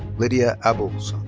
lydia aboulhosn.